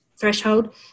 threshold